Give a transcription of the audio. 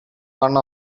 one